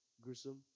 gruesome